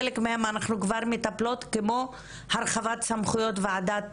חלק מהם אנחנו כבר מטפלות כמו הרחבת סמכויות ועדת